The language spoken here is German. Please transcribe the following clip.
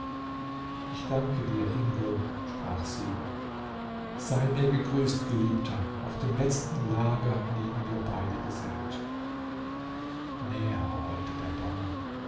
ich danke dir ingo sprach sie sei mir gegrüßt geliebter auf dem letzten lager liegen wir beide gesellt näher rollte der donner